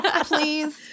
please